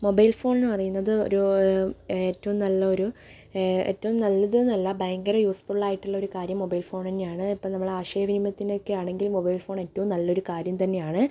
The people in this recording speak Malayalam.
മൊബൈൽ ഫോണെന്നു പറയുന്നത് ഒരു ഏറ്റോം നല്ലൊരു ഏറ്റോം നല്ലതെന്നല്ല ഭയങ്കര യൂസ്ഫുള്ളായിട്ടൊരു കാര്യം മൊബൈൽ ഫോണന്നെയാണ് ഇപ്പോൾ നമ്മൾ ആശയവിനിമയത്തിനൊക്കെയാണങ്കിൽ മൊബൈൽ ഫോൺ ഏറ്റോം നല്ലൊരു കാര്യംതന്നെയാണ്